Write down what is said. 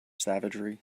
savagery